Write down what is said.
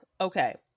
okay